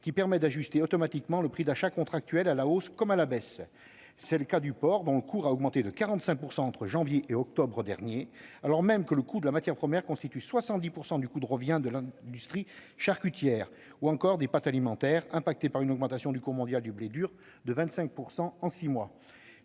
qui permet d'ajuster mécaniquement le prix d'achat contractuel à la hausse comme à la baisse. C'est le cas du porc, dont le cours a augmenté de 45 % entre janvier et octobre 2019, alors même que le coût de la matière première constitue 70 % du coût de revient de l'industrie charcutière, ou encore des pâtes alimentaires, affectées par une augmentation du cours mondial du blé dur de 25 % en six mois.